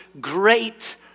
great